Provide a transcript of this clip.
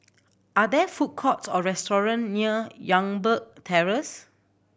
are there food courts or restaurant near Youngberg Terrace